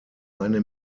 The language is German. eine